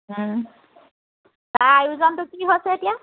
তাৰ আয়োজনটো কি হৈছে এতিয়া